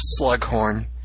Slughorn